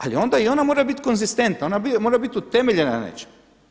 Ali onda i ona mora biti konzistentna, ona mora biti utemeljena na nečem.